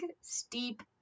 steep